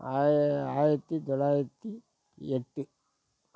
ஆய ஆயிரத்தி தொள்ளாயிரத்தி எட்டு